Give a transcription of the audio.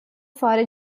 fora